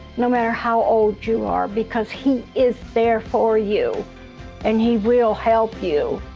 no matter how old you are because he is there for you and he will help you.